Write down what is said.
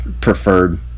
preferred